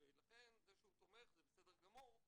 לכן זה שהוא תומך זה בסדר גמור,